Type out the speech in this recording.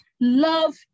Love